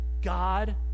God